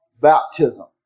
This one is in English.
baptism